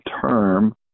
term